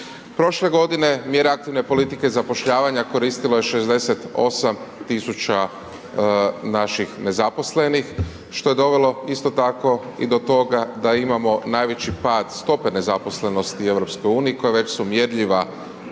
Prošle godine mjere aktivne politike zapošljavanja koristilo je 68.000 tisuća naših nezaposlenih što je dovelo isto tako i do toga da imamo najveći pad stope nezaposlenosti u EU koja već su mjerljiva